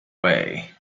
way